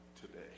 today